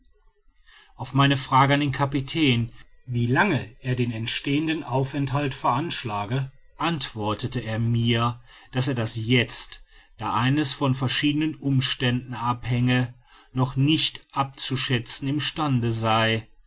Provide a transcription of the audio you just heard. auf meine frage an den kapitän auf wie lange er den entstehenden aufenthalt veranschlage antwortet er mir daß er das jetzt da es von verschiedenen umständen abhänge noch nicht abzuschätzen im stande sei